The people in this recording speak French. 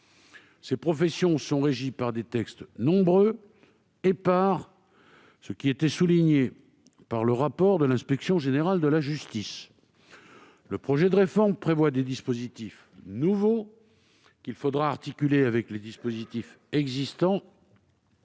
différentes, qui sont régies par des textes nombreux et épars, comme cela était souligné dans le rapport de l'inspection générale de la justice. Le projet de réforme prévoit des dispositifs nouveaux, qu'il faudra articuler avec les dispositions existantes.